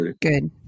good